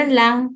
lang